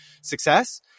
success